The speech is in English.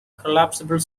collapsible